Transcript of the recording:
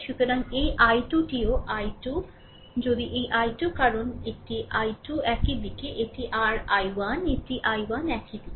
সুতরাং এই I2 টিও I2 যদি এই I2 কারণ এটি rI2 একই দিক এটি rI1 এটি I1 একই দিক